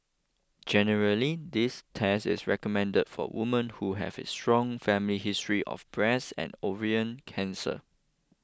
generally this test is recommended for women who have a strong family history of breast and ovarian cancer